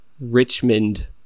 richmond